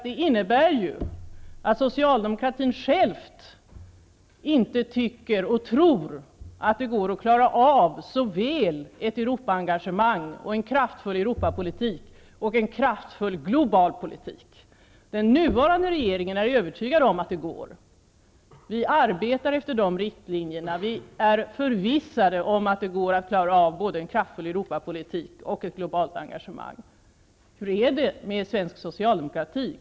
Det innebär ju att socialdemokraterna själva inte tycker och tror att det går att klara av såväl ett Europaengagemang, en kraftfull Europapolitik, som en kraftfull global politik. Den nuvarande regeringen är övertygad om att det går. Vi arbetar efter denna riktlinje. Vi är förvissade om det går att klara av både en kraftfull Europapolitik och ett globalt engagemang. Hur är det med svensk socialdemokrati?